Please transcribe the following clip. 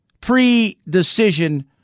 pre-decision